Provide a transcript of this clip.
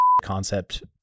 concept